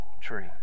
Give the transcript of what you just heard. tree